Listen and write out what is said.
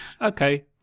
Okay